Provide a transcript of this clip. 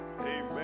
amen